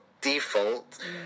default